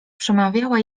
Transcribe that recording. przemawiała